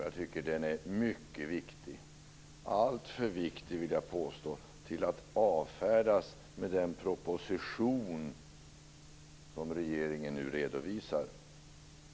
Jag tycker att den är mycket viktig, alltför viktig, vill jag påstå, för att avfärdas med den proposition som regeringen nu redovisar.